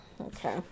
okay